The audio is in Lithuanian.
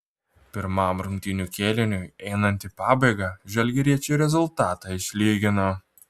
pirmam rungtynių kėliniui einant į pabaigą žalgiriečiai rezultatą išlygino